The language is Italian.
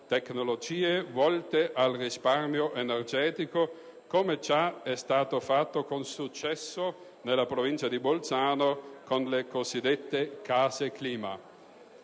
tecnologie volte al risparmio energetico, come già è stato fatto con successo nella Provincia di Bolzano con le cosiddette case clima.